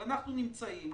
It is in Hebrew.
אבל אנחנו נמצאים